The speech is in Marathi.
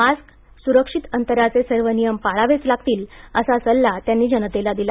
मास्क सुरक्षित अंतराचे सर्व नियम पाळावेच लागतील असा सल्ला त्यांनी जनतेला दिला